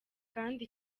kandi